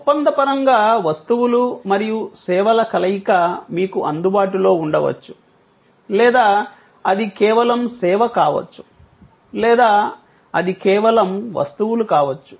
ఒప్పందపరంగా వస్తువులు మరియు సేవల కలయిక మీకు అందుబాటులో ఉండవచ్చు లేదా అది కేవలం సేవ కావచ్చు లేదా అది కేవలం వస్తువులు కావచ్చు